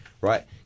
right